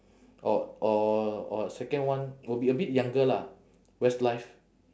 or or or second one will be a bit younger lah westlife